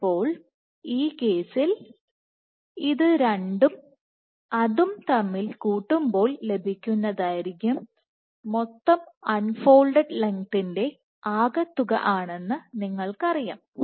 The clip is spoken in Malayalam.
അപ്പോൾ ഈ കേസിൽഇത് രണ്ടും അതും തമ്മിൽ കൂട്ടുമ്പോൾ ലഭിക്കുന്ന ദൈർഘ്യം മൊത്തംഅൺ ഫോൾഡഡ്ലെങ്ത്തിൻറെ അകത്തുക ആണെന്ന് നിങ്ങൾക്കറിയാം